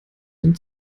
den